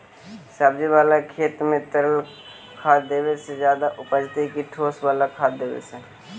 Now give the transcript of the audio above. सब्जी बाला खेत में तरल खाद देवे से ज्यादा उपजतै कि ठोस वाला खाद देवे से?